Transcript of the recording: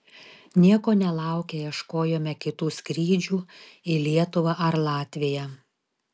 nieko nelaukę ieškojome kitų skrydžių į lietuvą ar latviją